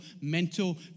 mental